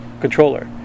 controller